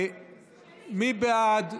מי בעד?